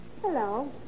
Hello